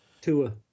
Tua